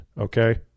okay